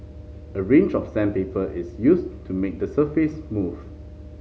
a range of sandpaper is used to make the surface smooth